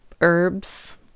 Herbs